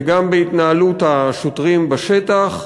וגם בהתנהלות השוטרים בשטח.